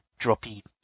droppy